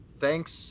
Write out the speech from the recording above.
thanks